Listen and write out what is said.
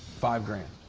five grand.